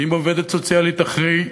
ואם עובדת סוציאלית אחרי